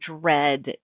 dread